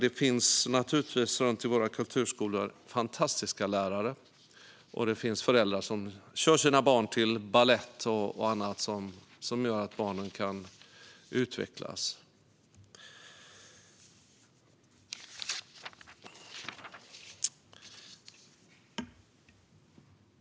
I våra kulturskolor finns det naturligtvis fantastiska lärare, och det finns föräldrar som kör sina barn till balett och annat som gör att barnen kan utvecklas.